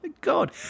god